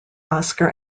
oscar